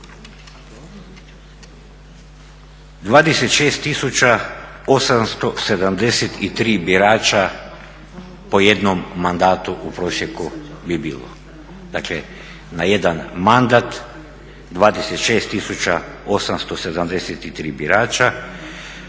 26 873 birača po jednom mandatu u prosjeku bi bilo, dakle na jedan mandat 26 873 birača.